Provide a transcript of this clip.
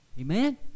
Amen